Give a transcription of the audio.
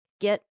get